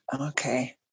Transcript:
Okay